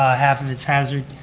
ah half of it's hazard,